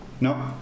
no